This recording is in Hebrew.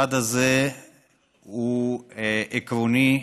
הצעד הזה הוא עקרוני.